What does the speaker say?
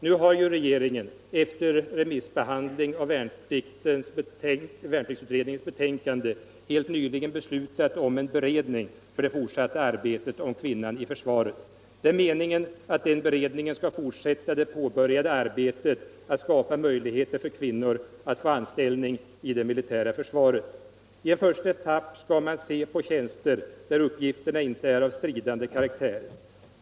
Nu har ju regeringen, efter remissbehandling av värnpliktsutredningens betänkande, helt nyligen beslutat om en beredning för det fortsatta arbetet rörande kvinnan i försvaret. Det är meningen att den beredningen skall fortsätta det påbörjade arbetet att skapa möjligheter för kvinnor att få anställning i det militära försvaret. I en första etapp skall man se på tjänster där uppgifterna inte är av stridande karaktär.